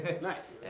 Nice